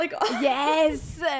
Yes